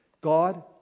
God